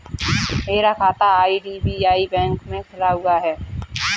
मेरा खाता IDBI bank में खुला हुआ है